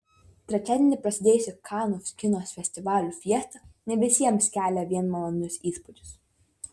trečiadienį prasidėjusi kanų kino festivalio fiesta ne visiems kelia vien malonius įspūdžius